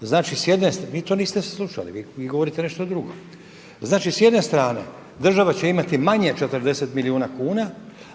Znači s jedne, vi to niste slušali, vi govorite nešto drugo. Znači, s jedne strane država će imati manje 40 milijuna kuna,